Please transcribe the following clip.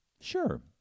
Sure